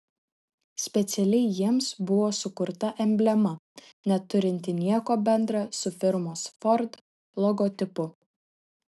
specialiai jiems buvo sukurta emblema neturinti nieko bendra su firmos ford logotipu